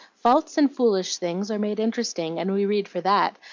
false and foolish things are made interesting, and we read for that,